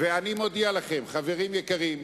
אני מודיע לכם, חברים יקרים,